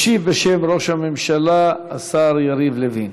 ישיב בשם ראש הממשלה השר יריב לוין.